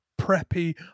preppy